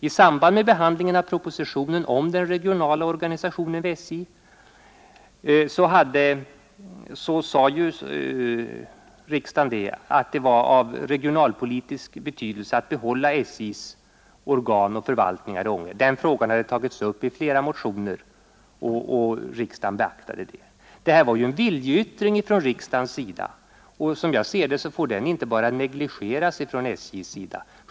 I samband med behandlingen av propositionen om den regionala organisationen vid SJ hade den regionalpolitiska betydelsen av att behålla SJ:s organ och förvaltningar i Änge-området tagits upp i flera motioner, och riksdagen erinrade i beslutet om dessa synpunkter. Det var alltså en viljeyttring från riksdagens sida, och som jag ser det får den inte negligeras av SJ.